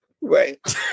right